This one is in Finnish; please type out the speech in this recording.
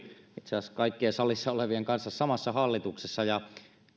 itse asiassa kaikkien salissa olevien kanssa samassa hallituksessa